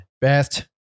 Best